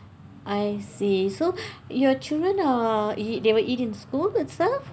I see so your children uh they will eat in school itself